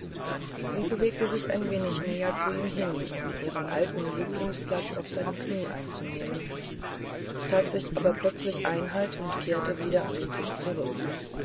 sie bewegte sich ein wenig näher zu ihm hin um ihren alten lieblingsplatz auf seinem knie einzunehmen tat sich aber plötzlich einhalt und kehrte wieder an den tisch zurück